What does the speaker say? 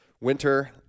Winter